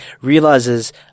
realizes